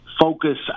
focus